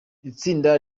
itsinda